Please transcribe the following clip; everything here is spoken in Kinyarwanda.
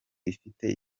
ifite